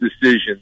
decision